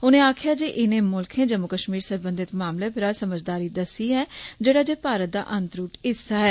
उनें आक्खेआ जे इनें मुल्खें जम्मू कश्मीर सरबंधित मामले परा समझदारी दस्सी ऐ जेड़ा जे भारत दा अनत्रुट हिस्सा ऐ